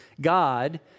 God